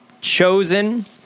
chosen